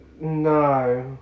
No